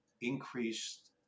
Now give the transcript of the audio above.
increased